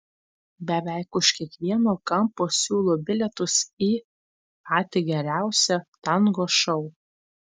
beveik už kiekvieno kampo siūlo bilietus į patį geriausią tango šou